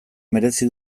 merezi